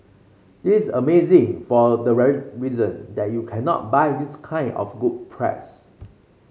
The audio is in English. this amazing for the very reason that you cannot buy this kind of good press